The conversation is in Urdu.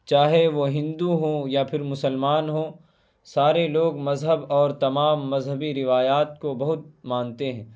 چاہے وہ ہندو ہوں یا پھر مسلمان ہوں سارے لوگ مذہب اور تمام مذہبی روایات کو بہت مانتے ہیں